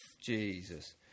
jesus